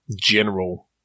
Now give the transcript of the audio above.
general